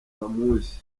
bamuzi